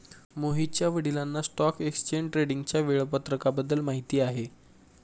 मोहितच्या वडिलांना stock exchange ट्रेडिंगच्या वेळापत्रकाबद्दल माहिती आहे